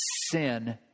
sin